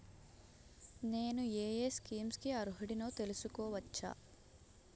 నేను యే యే స్కీమ్స్ కి అర్హుడినో తెలుసుకోవచ్చా?